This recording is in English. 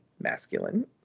masculine